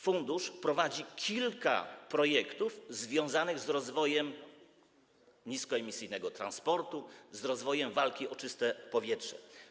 Fundusz prowadzi kilka projektów związanych z rozwojem niskoemisyjnego transportu, z rozwojem walki o czyste powietrze.